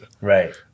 Right